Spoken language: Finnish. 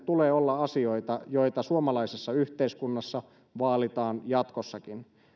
tulee olla asioita joita suomalaisessa yhteiskunnassa vaalitaan jatkossakin